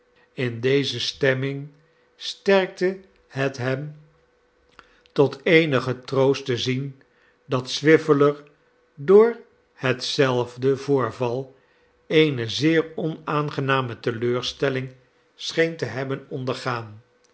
quilp deze stemming strekte het hem tot eenigen troost te zien dat swiveller door hetzelfde voorval eene zeer onaangename teleurstelling scheen te hebben ondergaan